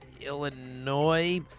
Illinois